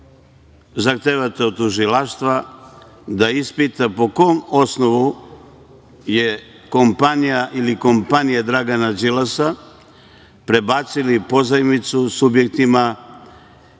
zahtevate od tužilaštva da ispita po kom osnovu je kompanija (ili kompanije) Dragana Đilasa prebacila pozajmicu subjektima koji